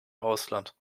ausland